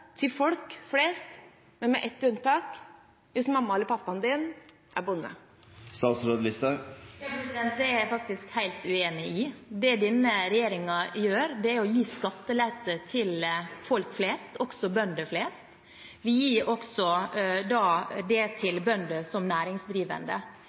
med ett unntak – hvis mammaen eller pappaen din er bonde. Det er jeg faktisk helt uenig i. Det denne regjeringen gjør, er å gi skattelette til folk flest, også til bønder flest. Vi gir det også til bønder som næringsdrivende.